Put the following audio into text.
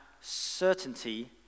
certainty